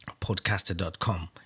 podcaster.com